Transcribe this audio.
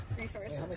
resources